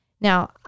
now